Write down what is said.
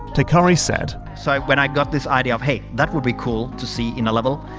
teikari said, so when i've got this idea of hey, that would be cool to see in a level',